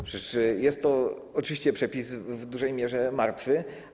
Przecież jest to oczywiście przepis w dużej mierze martwy.